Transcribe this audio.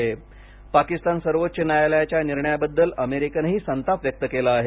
पाक पाकिस्तानच्या सर्वोच्च न्यायालयाच्या या निर्णयाबद्दल अमेरिकेनंही संताप व्यक्त केला आहे